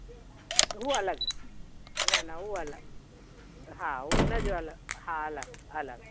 हू अलॻि न न उहो अलॻि हा हुनजो अलॻि हा अलॻि अलॻि